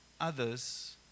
Others